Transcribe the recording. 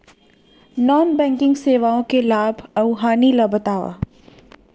non banking सेवाओं के लाभ अऊ हानि ला बतावव